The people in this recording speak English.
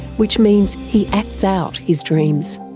which means he acts out his dreams.